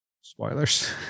Spoilers